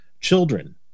children